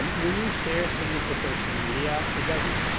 when you share things to social media, it doesn't,